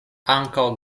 ankaŭ